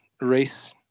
race